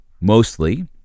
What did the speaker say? Mostly